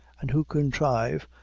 and who contrive,